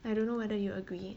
I don't know whether you agree